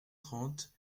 trente